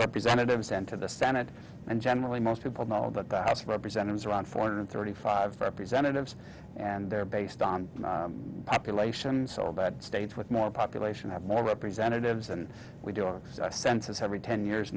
representatives and to the senate and generally most people know that the house of representatives around four hundred thirty five representatives and they're based on population soledad states with more population have more representatives and we do a census every ten years